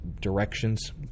directions